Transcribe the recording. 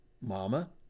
Mama